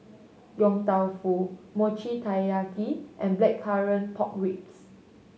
Yong Tau Foo Mochi Taiyaki and Blackcurrant Pork Ribs